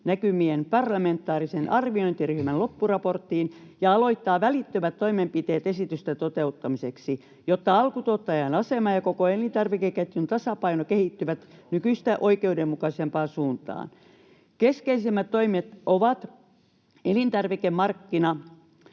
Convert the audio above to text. kehitysnäkymien parlamentaarisen arviointiryhmän loppuraporttiin ja aloittaa välittömät toimenpiteet esitysten toteuttamiseksi, [Anne Kalmarin välihuuto] jotta alkutuottajan asema ja koko elintarvikeketjun tasapaino kehittyvät nykyistä oikeudenmukaisempaan suuntaan. Keskeisimmät toimet ovat elintarvikemarkkina-,